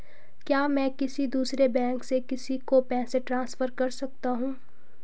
क्या मैं किसी दूसरे बैंक से किसी को पैसे ट्रांसफर कर सकता हूँ?